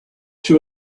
she